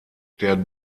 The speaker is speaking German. der